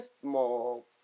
small